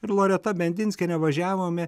ir loreta bendinskiene važiavome